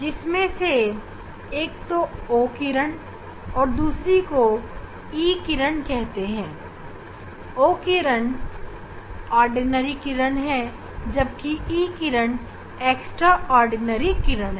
जिसमें से एक को o किरण और दूसरे को E किरण कहते हैं o किरण ऑर्डिनरी किरण है जबकि e किरण एक्स्ट्राऑर्डिनरी किरण है